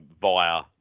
via